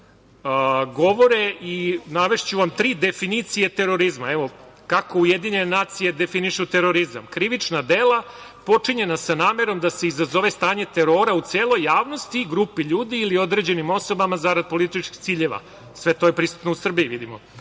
Sve to je prisutno u Srbiji, vidimo.